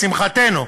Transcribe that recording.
לשמחתנו,